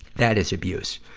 that is abuse.